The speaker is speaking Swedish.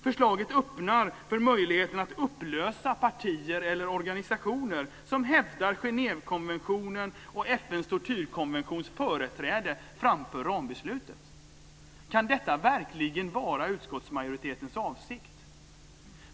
Förslaget öppnar för möjligheten att upplösa partier eller organisationer som hävdar Genèvekonventionen och FN:s tortyrkonventions företräde framför rambeslutet. Kan detta verkligen vara utskottsmajoritetens avsikt?